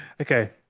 Okay